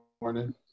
morning